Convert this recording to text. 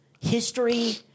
history